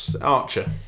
archer